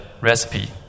recipe